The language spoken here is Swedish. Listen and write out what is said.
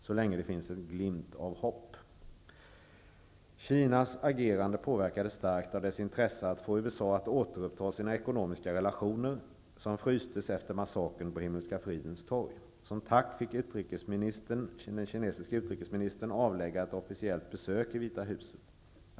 Så länge det finns en glimt av hopp...'' Kinas agerande påverkades starkt av dess intresse av att få USA att återuppta sina ekonomiska relationer med Kina, som frystes efter massakern på Himmelska fridens torg. Som tack fick den kinesiske utrikesministern avlägga ett officiellt besök i Vita huset.